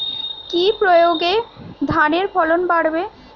কি প্রয়গে ধানের ফলন বাড়বে?